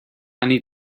need